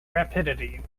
rapidity